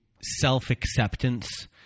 self-acceptance